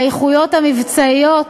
האיכויות המבצעיות.